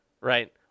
right